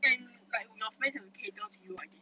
and like your friends have to cater to you I guess